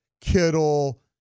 Kittle